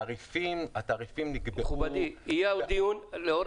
התעריפים נקבעו --- אדוני, יהיה עוד סיכום לאור